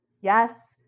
Yes